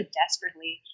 desperately